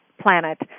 planet